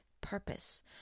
purpose